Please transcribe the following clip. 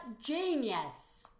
genius